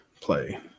play